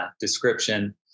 description